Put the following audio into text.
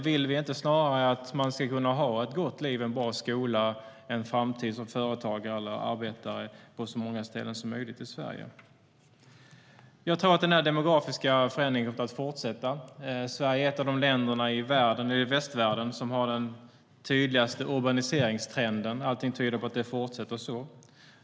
Vill vi inte snarare att människor ska kunna ha ett gott liv, en bra skola och en framtid som företagare eller arbetare på så många ställen som möjligt i Sverige? Jag tror att den demografiska förändringen kommer att fortsätta. Sverige är ett av de länder i västvärlden som har den tydligaste urbaniseringstrenden, och allting tyder på att det fortsätter så.